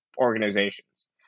organizations